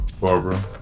Barbara